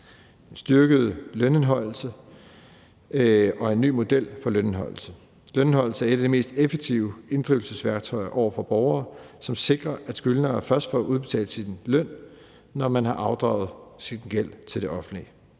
en styrket lønindeholdelse og en ny model for lønindeholdelse. Lønindeholdelse er et af de mest effektive inddrivelsesværktøjer over for borgere. Det sikrer, at man som skyldner først får udbetalt sin løn, når man har afdraget sin gæld til det offentlige.